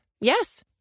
Yes